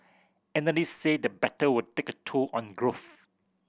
analysts say the battle will take a toll on growth